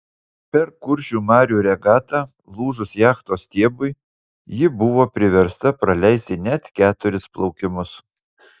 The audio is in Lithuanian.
per kuršių marių regatą lūžus jachtos stiebui ji buvo priversta praleisti net keturis plaukimus